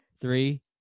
Three